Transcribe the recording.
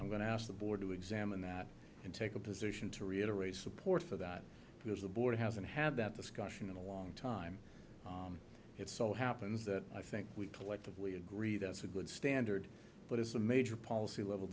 i'm going to ask the board to examine that and take a position to reiterate support for that because the board hasn't had that discussion in a long time it so happens that i think we collectively agree that's a good standard but it is a major policy level